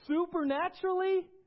supernaturally